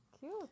Cute